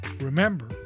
Remember